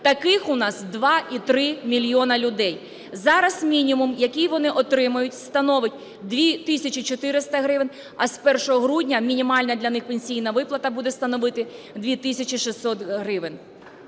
таких у нас – 2,3 мільйона людей. Зараз мінімум, який вони отримують, становить 2 тисячі 400 гривень, а з 1 грудня мінімальна для них пенсійна виплата буде становити 2 тисячі 600 гривень.